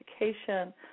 education